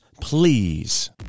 please